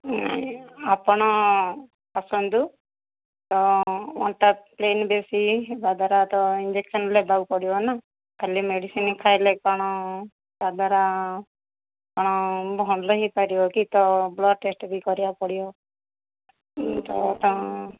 ନାଇ ଆପଣ ଆସନ୍ତୁ ତ ଅଣ୍ଟା ପେନ୍ ବେଶୀ ହେବା ଦ୍ୱାରା ତ ଇଞ୍ଜେକ୍ସନ୍ ନେବାକୁ ପଡ଼ିବ ନା ଖାଲି ମେଡ଼ିସିନ୍ ଖାଇଲେ କ'ଣ ତା ଦ୍ୱାରା କ'ଣ ଭଲ ହେଇପାରିବ କି ତ ବ୍ଲଡ଼୍ ଟେଷ୍ଟ ବି କରିବାକୁ ପଡ଼ିବ ତ